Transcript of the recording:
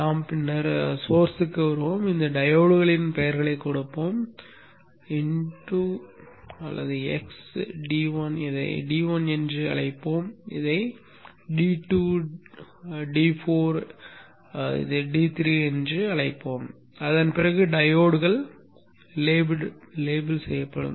நாம் பின்னர் மூலத்திற்கு வருவோம் இந்த டையோட்களின் பெயர்களைக் கொடுப்போம் x d 1 இதை d1 என்று அழைப்போம் இதை d2 d4 d3 என்று அழைப்போம் அதன் பிறகு டையோட்கள் லேபிளிடப்படும்